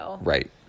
Right